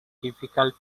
difficult